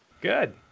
Good